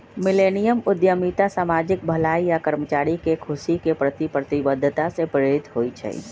millennium उद्यमिता सामाजिक भलाई आऽ कर्मचारी के खुशी के प्रति प्रतिबद्धता से प्रेरित होइ छइ